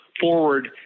forward